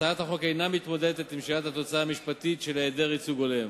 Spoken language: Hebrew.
הצעת החוק אינה מתמודדת עם שאלת התוצאה המשפטית של העדר ייצוג הולם.